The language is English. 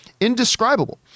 indescribable